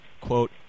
quote